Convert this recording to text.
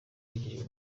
aherekejwe